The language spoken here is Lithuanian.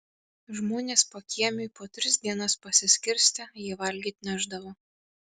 žmonės pakiemiui po tris dienas pasiskirstę jai valgyt nešdavo